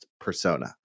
Persona